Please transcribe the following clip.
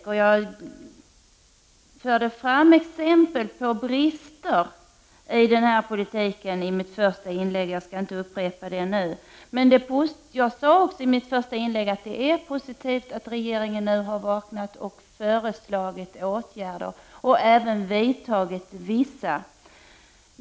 I mitt första inlägg förde jag fram exempel på brister i regeringens politik, så jag skall inte upprepa det. Jag sade också i mitt första inlägg att det är positivt att regeringen nu har vaknat, föreslagit åtgärder och även vidtagit vissa.